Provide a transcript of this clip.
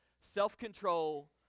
self-control